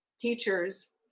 teachers